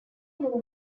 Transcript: move